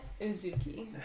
Uzuki